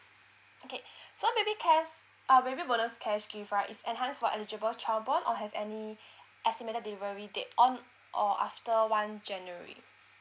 okay so baby cares uh baby bonus care gift right is enhance for eligible child born or have any estimated delivery date on or after one january